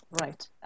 Right